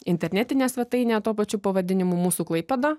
internetinė svetainė tuo pačiu pavadinimu mūsų klaipėda